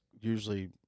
usually